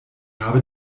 habe